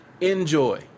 enjoy